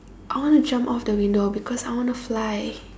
I want to jump off the window because I want to fly